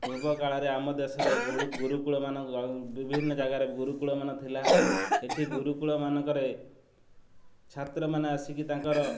ପୂର୍ବ କାଳରେ ଆମ ଦେଶରେ ଗୁରୁ ଗୁରୁକୁୂଳମାନ ବିଭିନ୍ନ ଜାଗାରେ ଗୁରୁକୁୂଳମାନ ଥିଲା ଏଠି ଗୁରୁକୁୂଳମାନଙ୍କରେ ଛାତ୍ରମାନେ ଆସିକି ତାଙ୍କର